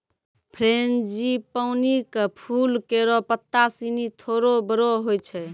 frangipani क फूल केरो पत्ता सिनी थोरो बड़ो होय छै